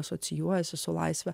asocijuojasi su laisve